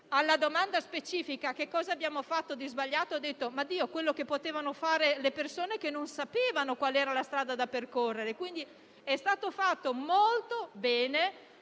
Alla domanda specifica su che cosa abbiamo fatto di sbagliato, hanno risposto: quello che potevano fare le persone che non sapevano qual era la strada da percorrere. Quindi è stato fatto molto bene;